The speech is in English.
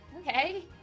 Okay